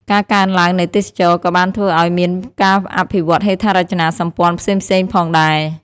ការកើនឡើងនៃទេសចរណ៍ក៏បានធ្វើឲ្យមានការអភិវឌ្ឍន៍ហេដ្ឋារចនាសម្ព័ន្ធផ្សេងៗផងដែរ។